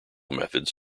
methods